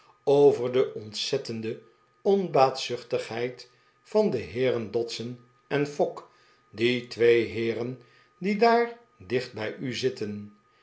over de ontzettende onbaatzuchtigheid van de heeren dodson en fogg die twee heeren die daar dicht bij u zitten